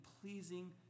pleasing